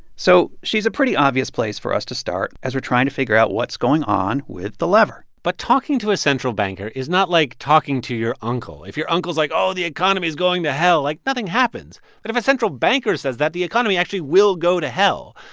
so she's a pretty obvious place for us to start as we're trying to figure out what's going on with the lever but talking to a central banker is not like talking to your uncle. if your uncle's like, oh, the economy is going to hell, like, nothing happens. but if a central banker says that, the economy actually will go to hell.